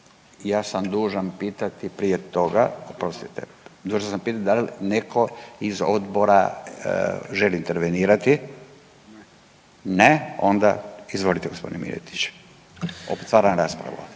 Ja sam dužan pitati prije toga, oprostite, dužan sam pitati da li netko iz odbora želi intervenirati, ne, onda izvolite gospodine Miletić. **Miletić, Marin